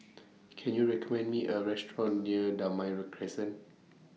Can YOU recommend Me A Restaurant near Damai Ray Crescent